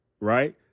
right